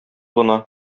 гына